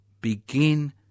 begin